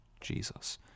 Jesus